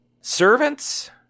servants